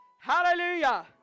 Hallelujah